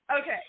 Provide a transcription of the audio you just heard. Okay